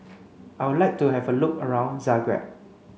I would like to have a look around Zagreb